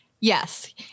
Yes